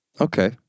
Okay